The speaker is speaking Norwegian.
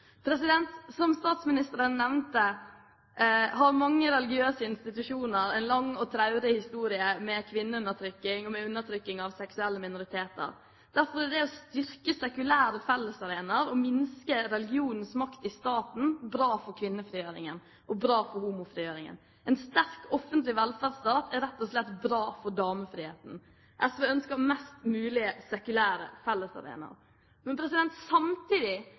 Som statsministeren nevnte, har mange religiøse institusjoner en lang og traurig historie med kvinneundertrykking og med undertrykking av seksuelle minoriteter. Derfor er det å styrke sekulære fellesarenaer og minske religionens makt i staten bra for kvinnefrigjøringen og bra for homofrigjøringen. En sterk og offentlig velferdsstat er rett og slett bra for damefriheten. SV ønsker mest mulig sekulære fellesarenaer. Men samtidig